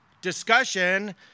Discussion